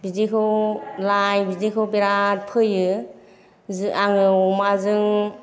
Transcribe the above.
बिदिखौ लाइ बिदिखौ बिराट फोयो जों आङो अमाजों